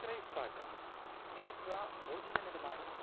मित्रैः साकं मिलित्वा भोजननिर्माणं